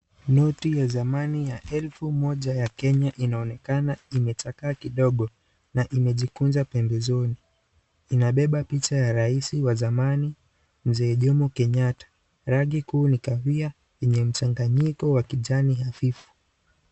Noti ya zamani ya elfu moja ya Kenya inaonekana imechakaa kidogo na imejikunja pembezoni. Inabeba picha ya rais wa zamani, Mzee Jomo Kenyatta. Rangi kuu ni kahawia yenye mchanganyiko wa kijani hafifu.